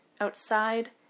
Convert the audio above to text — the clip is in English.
outside